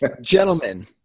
gentlemen